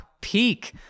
Peak